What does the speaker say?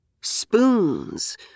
Spoons